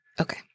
Okay